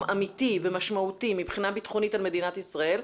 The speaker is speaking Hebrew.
אמיתי ומשמעותי מבחינה ביטחונית על מדינת ישראל,